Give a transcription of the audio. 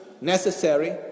necessary